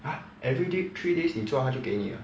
!huh! every day three days 你做他就给你了